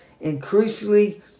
increasingly